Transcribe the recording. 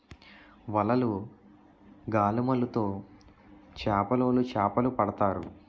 వలలు, గాలములు తో చేపలోలు చేపలు పడతారు